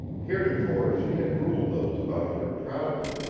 heretofore she had ruled those about her proudly,